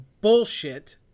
bullshit